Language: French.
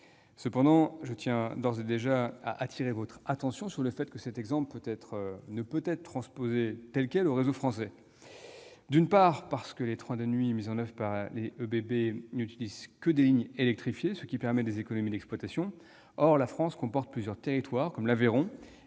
Cependant, je tiens d'ores et déjà à appeler votre attention sur le fait que cet exemple ne peut être transposé tel quel au réseau français. Tout d'abord, les dessertes de nuit mises en oeuvre par ÖBB n'utilisent que des lignes électrifiées, ce qui permet des économies d'exploitation. Or la France comporte plusieurs territoires, comme l'Aveyron